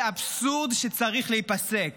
זה אבסורד שצריך להיפסק.